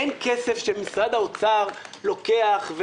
אין כסף שמשרד האוצר לוקח,